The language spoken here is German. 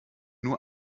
nur